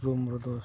ᱨᱩᱢ ᱨᱮᱫᱚ